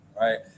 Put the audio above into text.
right